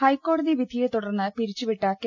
M ഹൈക്കോടതി വിധിയെതുടർന്ന് പിരിച്ചുവിട്ട കെ